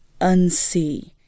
unsee